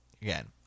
Again